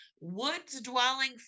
woods-dwelling